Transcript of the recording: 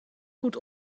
goed